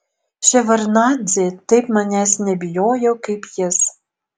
ševardnadzė taip manęs nebijojo kaip jis